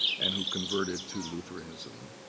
and who converted to lutheranism.